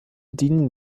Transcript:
dienen